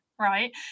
Right